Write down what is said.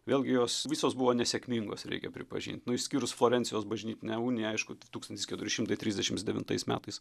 vėlgi jos visos buvo nesėkmingos reikia pripažint nu išskyrus florencijos bažnytinę uniją aišku tūkstantis keturi šimtai trisdešims devintais metais